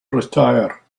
retire